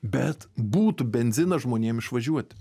bet būtų benzino žmonėm išvažiuoti